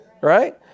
Right